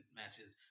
matches